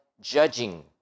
judging